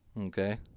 okay